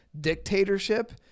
dictatorship